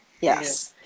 Yes